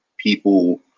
people